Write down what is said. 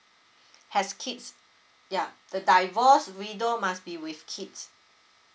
has kids ya the divorce widow must be with kids